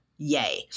yay